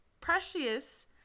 Precious